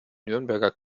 nürnberger